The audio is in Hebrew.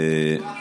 אדוני היושב-ראש,